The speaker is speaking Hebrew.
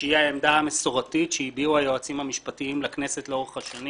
שהיא העמדה המסורתית שהביעו היועצים המשפטיים לכנסת לאורך השנים